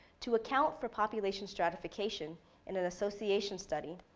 to account for population stratification in an association study,